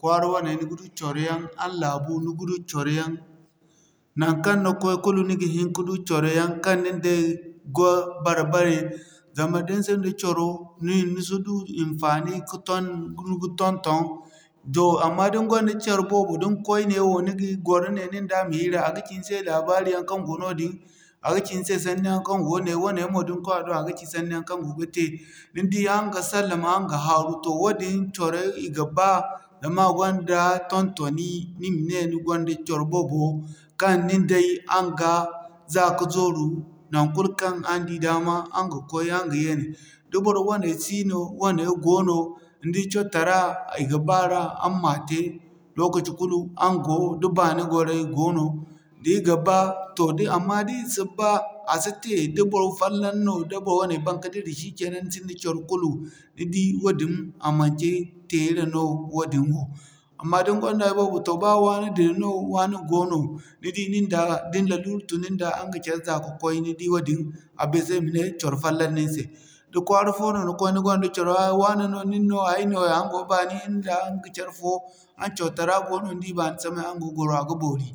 kwaara wane ni ga du coro yaŋ, aran laabu ni ga du coro yaŋ nankan ni kway kulu ni ga hin ka du coro yaŋ kaŋ nin day ga bar-bare. Zama din sinda coro ni si du hinfaani ka ton-ton amma din gonda coro boobo din kway neewo ni ga gwaro ne nin da ma hiire a ga ci ni se labaari yaŋ kaŋ go noodin a ga ci ni se sanni yaŋ kaŋ go ne, wane mo din koy a do a ga ci sanni yaŋ kaŋ go ga te. Ni di aran ga salan aran ga haaru toh wadin coroyaŋ i ga ba zama a gonda ton-toni i ma ne ni gonda coro boobo kaŋ nin day aran ga za ka zooru nankul kaŋ aran di dama aran ga koy aran ga ye ne. Da bor wane sino, wane goono ni di coro'tara i ga baara aran ma te lokaci kulu da baani gwaray goono di ga ba. Amma di si ba asi te da bor fallan no da bor wane ban ka dira shikenan ni sinda coro fo kulu. Ni di wadin a manci teera no wadin amma din gonda i boobo toh ba wane dira no wane goono ni di da ni larura tun nin da aran ga care za ka'koy bisa i ma ne coro fallan no ni se. Da kwaara fo no ni koy ni gonda coro a'a wane no, nin no, ay no yaa aran go bani nin da aran ga care fo aran coro tara goono ni di baani samay aran ga gwaro a ga boori.